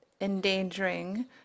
endangering